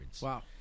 Wow